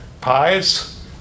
pies